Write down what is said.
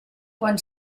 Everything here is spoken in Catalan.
quan